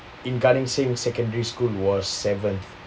in gan eng seng secondary school was seventh